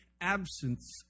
absence